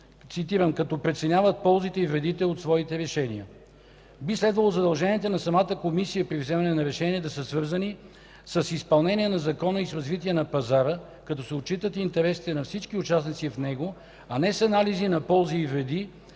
„като преценяват ползите и вредите от своите решения”. Би следвало задълженията на Комисията при вземането на решения да са свързани с изпълнението на закона и с развитието на пазара, като се отчитат интересите на всички участници в него, а не с анализи на ползи и вреди